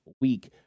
week